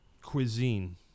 cuisine